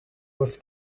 was